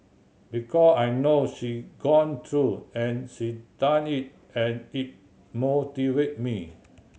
because I know she gone through and she done it and it motivate me